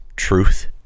Truth